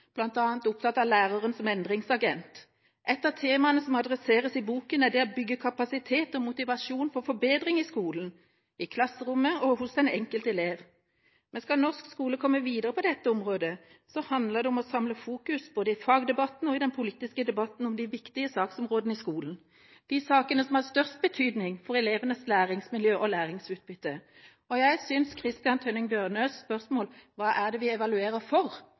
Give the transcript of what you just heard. opptatt av læreren som endringsagent. Et av temaene som adresseres i boka, er det å bygge kapasitet og motivasjon for forbedring i skolen – i klasserommet og hos den enkelte elev. Men skal norsk skole komme videre på dette området, handler det både i fagdebatten og i den politiske debatten om å samle seg om de viktige saksområdene i skolen, altså de sakene som har størst betydning for elevenes læringsmiljø og læringsutbytte. Jeg synes Christian Tynning Bjørnøs spørsmål om hva vi evaluerer for, er sentralt i den sammenhengen. Det